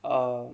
um